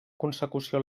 consecució